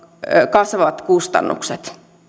kasvavat kustannukset